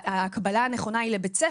ההקבלה הנכונה היא לבית ספר.